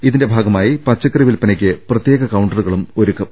ഇതിന്റെ ഭാഗമായി പച്ചക്കറി വിൽപ്പനയ്ക്ക് പ്രത്യേക കൌണ്ടറുകളും ഒരുക്കും